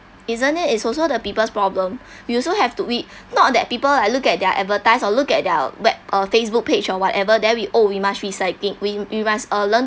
isn't it is also the people's problem we also have to we not that people like look at their advertise or look at their web uh Facebook page or whatever then we oh we must recycling we we must uh learn